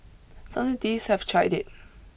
some cities have tried it